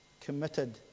committed